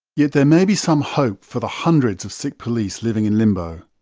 yet there may be some hope for the hundreds of sick police living in limbo.